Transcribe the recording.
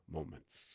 Moments